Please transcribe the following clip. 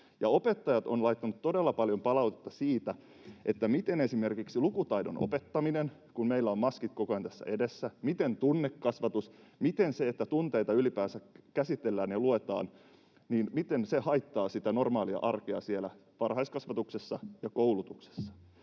opettajat ovat laittaneet todella paljon palautetta siitä, miten käy esimerkiksi lukutaidon opettamisen, kun meillä on maskit koko ajan tässä edessä, miten tunnekasvatuksen, miten sen, että tunteita ylipäänsä käsitellään ja luetaan — miten maskit haittaavat sitä normaalia arkea siellä varhaiskasvatuksessa ja koulutuksessa.